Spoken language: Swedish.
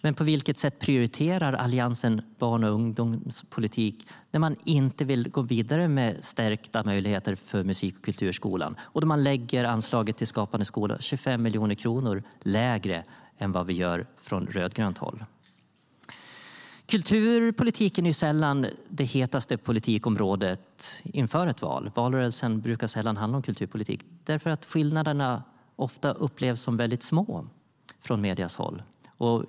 Men på vilket sätt prioriterar Alliansen barn och ungdomspolitik när man inte vill gå vidare med stärkta möjligheter för musik och kulturskolan och dessutom lägger anslaget till Skapande skola 25 miljoner kronor lägre än vad vi gör från rödgrönt håll? Kulturpolitiken är sällan det hetaste politikområdet inför ett val. Valrörelsen brukar sällan handla om kulturpolitik, eftersom skillnaderna ofta upplevs som väldigt små från mediernas håll.